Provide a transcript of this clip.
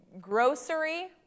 grocery